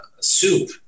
soup